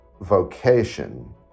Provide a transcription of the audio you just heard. vocation